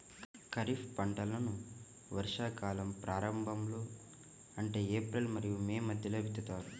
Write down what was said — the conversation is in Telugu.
ఖరీఫ్ పంటలను వర్షాకాలం ప్రారంభంలో అంటే ఏప్రిల్ మరియు మే మధ్యలో విత్తుతారు